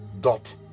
dot